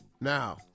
Now